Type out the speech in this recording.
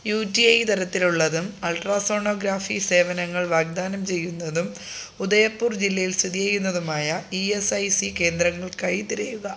UTI തരത്തിലുള്ളതും ultra sonography സേവനങ്ങൾ വാഗ്ദാനം ചെയ്യുന്നതും ഉദയപ്പൂർ ജില്ലയിൽ സ്ഥിതി ചെയ്യുന്നതുമായ ഈ എസ് ഐ സി കേന്ദ്രങ്ങൾക്കായി തിരയുക